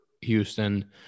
Houston